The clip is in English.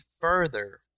further